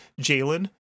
Jalen